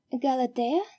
Galatea